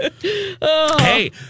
Hey